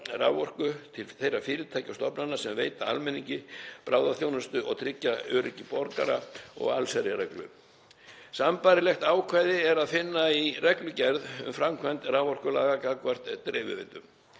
raforku til þeirra fyrirtækja og stofnana sem veita almenningi bráðaþjónustu og tryggja öryggi borgara og allsherjarreglu. Sambærilegt ákvæði er að finna í reglugerð um framkvæmd raforkulaga gagnvart dreifiveitum.